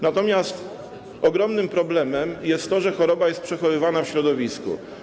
Natomiast ogromnym problemem jest to, że choroba jest przechowywana w środowisku.